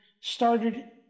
started